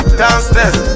downstairs